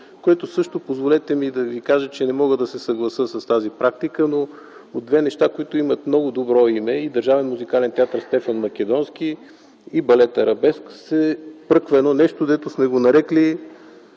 което позволете ми да ви кажа, че не мога да се съглася с тази практика. Има две неща, които са с много добро име - и от Държавен театър „Стефан Македонски” и Балет „Арабеск”, се пръква едно нещо, което сме го нарекли